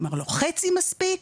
חצי מספיק?